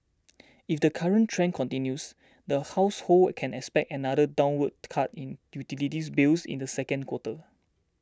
if the current trend continues the households can expect another downward to cut in utilities bills in the second quarter